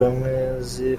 uwamwezi